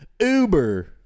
Uber